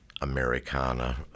americana